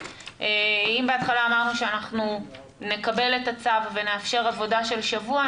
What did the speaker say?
אם בהתחלה אמרנו שנקבל את הצו ונאפשר עבודה של שבוע,